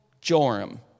Joram